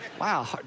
Wow